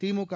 திமுக